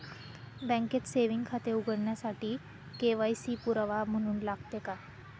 बँकेत सेविंग खाते उघडण्यासाठी के.वाय.सी पुरावा म्हणून लागते का?